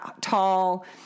tall